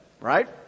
right